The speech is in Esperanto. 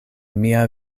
mia